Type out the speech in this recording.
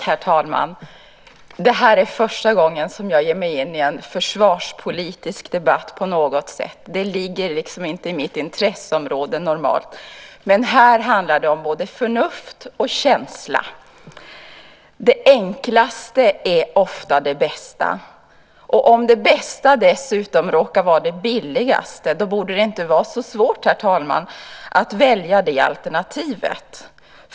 Herr talman! Det här är första gången som jag ger mig in i en försvarspolitisk debatt på något sätt. Det ligger normalt inte inom mitt intresseområde, men här handlar det om både förnuft och känsla. Det enklaste är oftast det bästa. Om det bästa dessutom råkar vara det billigaste, borde det inte vara så svårt, herr talman, att välja det alternativet.